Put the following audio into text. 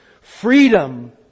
Freedom